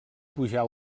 pujar